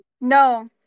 no